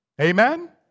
Amen